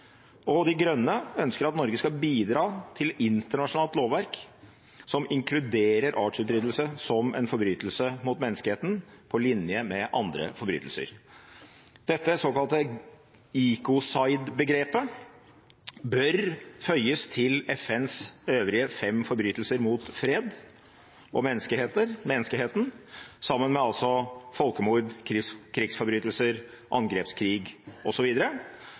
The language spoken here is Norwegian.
og De Grønne ønsker at Norge skal bidra til internasjonalt lovverk som inkluderer artsutryddelse som en forbrytelse mot menneskeheten, på linje med andre forbrytelser. Dette såkalte Ecocide-begrepet bør føyes til FNs fem øvrige forbrytelser mot fred og menneskeheten, sammen med folkemord, krigsforbrytelser, angrepskrig